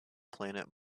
planet